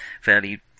fairly